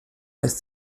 lässt